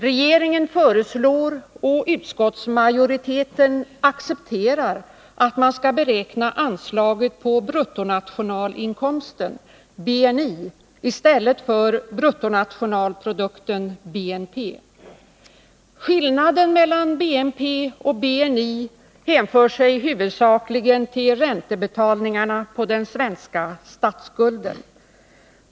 Regeringen föreslår och utskottsmajoriteten accepterar att man skall beräkna anslaget på bruttonationalinkomsten, BNI, i stället för bruttonationalprodukten, BNP. Skillnaden mellan BNP och BNI hänför sig huvudsakligen till räntebetalningarna på den svenska statsskulden.